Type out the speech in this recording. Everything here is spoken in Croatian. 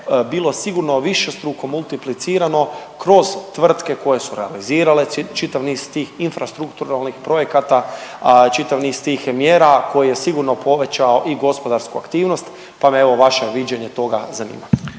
bilo sigurno višestruko multiplicirano kroz tvrtke koje su realizirale čitav niz tih infrastrukturalnih projekata, čitav niz tih mjera koji je sigurno povećao i gospodarsku aktivnost, pa me evo vaše viđenje toga zanima.